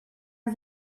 his